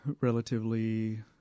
relatively